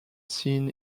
seen